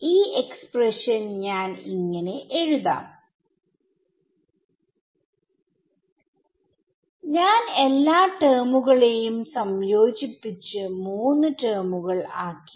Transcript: ഈ എക്സ്പ്രഷൻ ഞാൻ ഇങ്ങനെ എഴുതാം ഞാൻ എല്ലാ 4 ടെർമുകളെയും സംയോജിപ്പിച്ചു 3 ടെർമുകൾ ആക്കി